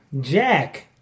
jack